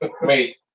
Wait